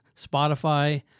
Spotify